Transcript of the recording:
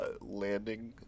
landing